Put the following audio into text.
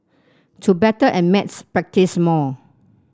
to better at maths practise more